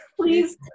please